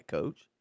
Coach